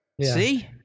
see